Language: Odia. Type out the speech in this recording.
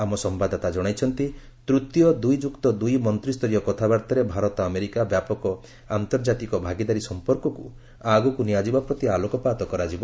ଆମ ସମ୍ଭାଦଦାତା ଜଣାଇଛନ୍ତି ତୃତୀୟ ଦୁଇ ଯୁକ୍ତ ଦୁଇ ମନ୍ତ୍ରୀସ୍ତରୀୟ କଥାବାର୍ତ୍ତାରେ ଭାରତ ଆମେରିକା ବ୍ୟାପକ ଆନ୍ତର୍ଜାତିକ ଭାଗିଦାରୀ ସଂପର୍କକୁ ଆଗକୁ ନିଆଯିବା ପ୍ରତି ଆଲୋକପାତ କରାଯିବ